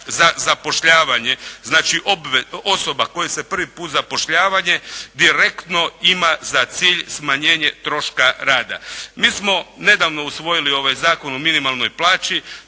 zapošljavanje, znači osoba koje se prvi put zapošljava direktno ima za cilj smanjenje troška rada. Mi smo nedavno usvojili ovaj Zakon o minimalnoj plaći.